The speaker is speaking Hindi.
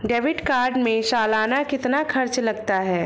डेबिट कार्ड में सालाना कितना खर्च लगता है?